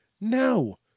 no